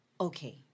okay